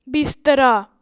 ਬਿਸਤਰਾ